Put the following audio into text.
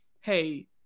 hey